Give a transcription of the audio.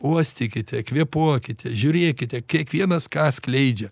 uostykite kvėpuokite žiūrėkite kiekvienas ką skleidžia